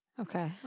Okay